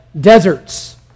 deserts